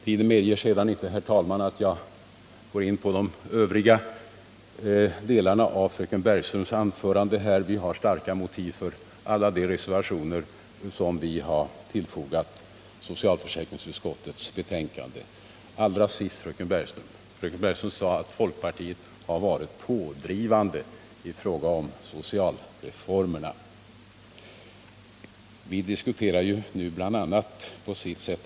Tiden medger inte, herr talman, att jag går in på de övriga delarna av fröken Bergströms anförande. Vi har starka motiv för alla de reservationer som vi har fogat vid socialförsäkringsutskottets betänkande. Allra sist: Fröken Bergström sade att folkpartiet har varit pådrivande i fråga om socialreformer. Vi diskuterar nu på sätt och vis också ATP.